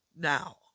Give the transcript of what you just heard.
Now